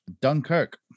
Dunkirk